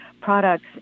products